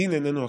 דין איננו הכול,